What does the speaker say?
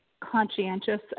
conscientious